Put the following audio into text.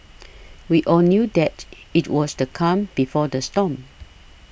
we all knew that it was the calm before the storm